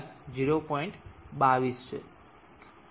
22 છે ∆T 40° K છે